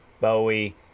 Bowie